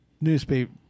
newspaper